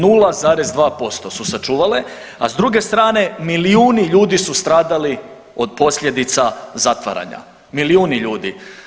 0,2% su sačuvale, a s druge strane milijuni ljudi su stradali od posljedica zatvaranja, milijuni ljudi.